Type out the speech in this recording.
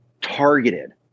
targeted